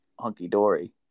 hunky-dory